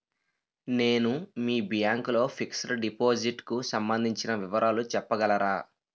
నేను మీ బ్యాంక్ లో ఫిక్సడ్ డెపోసిట్ కు సంబందించిన వివరాలు చెప్పగలరా?